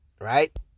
right